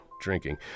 drinking